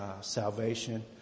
salvation